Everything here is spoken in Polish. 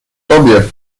tobie